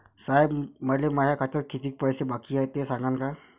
साहेब, मले माया खात्यात कितीक पैसे बाकी हाय, ते सांगान का?